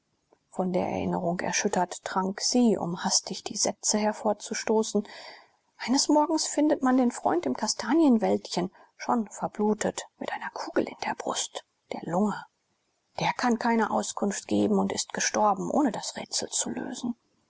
von der erinnerung erschüttert trank sie um hastig die sätze herauszustoßen eines morgens findet man den freund im kastanienwäldchen schon verblutet mit einer kugel in der brust der lunge der kann keine auskunft geben und ist gestorben ohne das rätsel zu lösen